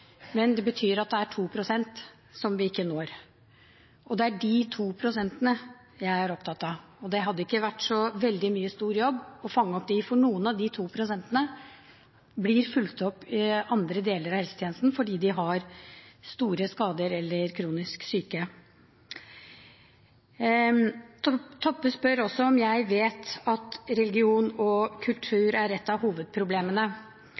men det betyr at det er 2 pst. som vi ikke når, og det er de to prosentene jeg er opptatt av. Det hadde ikke vært en så veldig stor jobb å fange opp dem, for noen av de to prosentene blir fulgt opp i andre deler av helsetjenesten fordi de har store skader eller er kronisk syke. Toppe spør også om jeg vet at religion og kultur er et av hovedproblemene.